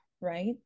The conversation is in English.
Right